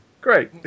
Great